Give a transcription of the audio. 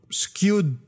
skewed